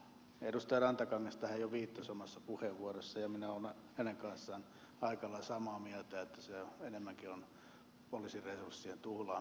edustaja rantakangas tähän jo viittasi omassa puheenvuorossaan ja minä olen hänen kanssaan aika lailla samaa mieltä että se enemmänkin on poliisin resurssien tuhlaamista kuin riittävää hyötyä antavaa